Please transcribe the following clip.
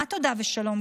מה תודה ושלום?